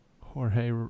Jorge